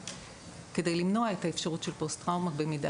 בכדי למנוע את האפשרות של פוסט-טראומה במידה ויש.